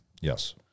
Yes